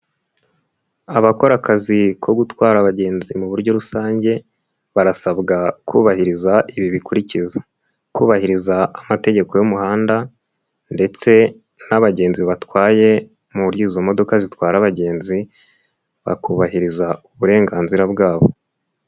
Abakora akazi ko gutwara abagenzi mu buryo rusange barasabwa kubahiriza ibi bikurikira: kubahiriza amategeko y'umuhanda ndetse n'abagenzi batwaye mu buryo izo modoka zitwara abagenzi, bakubahiriza uburenganzira bwabo.